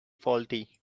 faulty